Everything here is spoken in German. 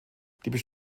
diese